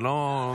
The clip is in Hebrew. זה לא מסתדר.